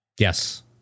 Yes